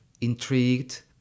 intrigued